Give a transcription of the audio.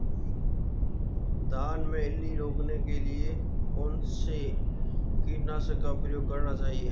धान में इल्ली रोकने के लिए कौनसे कीटनाशक का प्रयोग करना चाहिए?